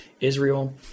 Israel